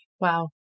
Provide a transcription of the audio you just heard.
Wow